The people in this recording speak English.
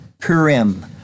Purim